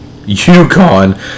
UConn